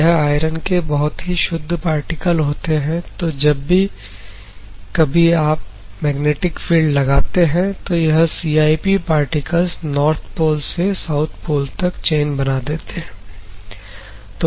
यह आयरन के बहुत ही शुद्ध पार्टिकल होते हैं तो जब भी कभी आप तो मैग्नेटिक फील्ड लगाते हैं तो यह CIP पार्टिकल्स नॉर्थ पोल से साउथ पोल तक चैन बना देते हैं